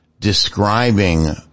Describing